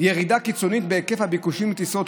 ירידה קיצונית בהיקף הביקושים לטיסות.